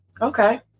Okay